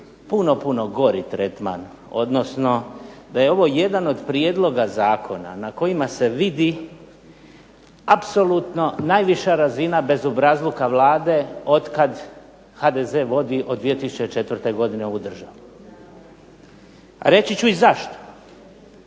puno gori tretman, odnosno da je ovo jedan od prijedloga zakona na kojima se vidi apsolutno najviša razina bezobrazluka Vlade od kad HDZ vodi od 2004. ovu državu. Reći ću i zašto.